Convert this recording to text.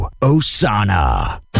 Osana